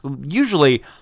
usually